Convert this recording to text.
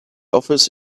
office